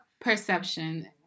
perception